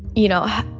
you know,